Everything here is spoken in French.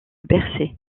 bercé